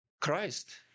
Christ